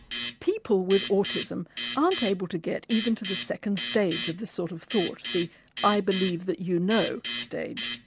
people with autism aren't able to get even to the second stage of this sort of thought, the i believe that you know stage.